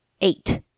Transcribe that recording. eight